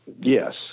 Yes